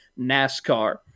NASCAR